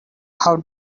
how